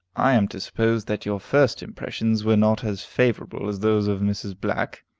i am to suppose that your first impressions were not as favorable as those of mrs. black,